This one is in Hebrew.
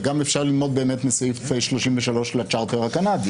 וגם אפשר ללמוד באמת מסעיף 33 לצ'רטר הקנדי,